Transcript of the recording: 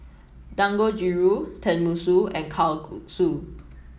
Dangojiru Tenmusu and Kalguksu